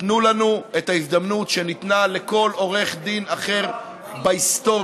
תנו לנו את ההזדמנות שניתנה לכל עורך דין אחר בהיסטוריה.